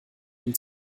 ihn